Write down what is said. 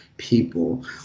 people